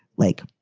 like,